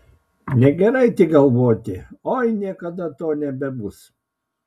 negerai tik galvoti oi niekada to nebebus